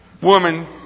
woman